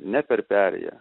ne per perėją